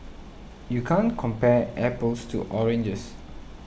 you can't compare apples to oranges